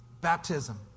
baptism